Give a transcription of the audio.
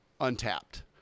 untapped